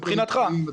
מבחינתך.